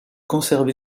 conservé